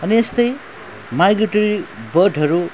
अनि यस्तै माइग्रेटेरी बर्डहरू